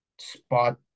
spot